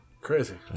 Crazy